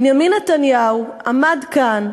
בנימין נתניהו עמד כאן,